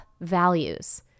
values